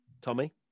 Tommy